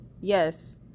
yes